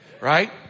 Right